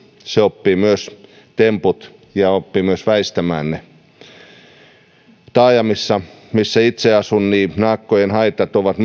se oppii temput ja oppii myös väistämään ne taajamassa missä itse asun naakkojen haitat ovat